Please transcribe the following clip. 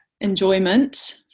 enjoyment